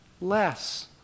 less